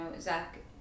Zach